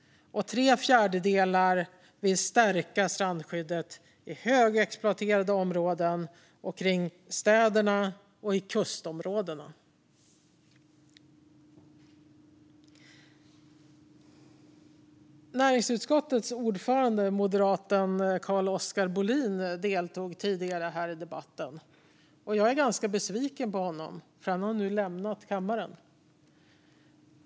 Tre fjärdedelar vill stärka strandskyddet i högexploaterade områden, kring städerna och i kustområdena. Näringsutskottets ordförande, moderaten Carl-Oskar Bohlin, deltog tidigare i debatten. Jag är ganska besviken på honom, för han har nu lämnat kammaren.